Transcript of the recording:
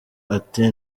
ati